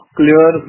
clear